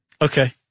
Okay